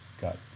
got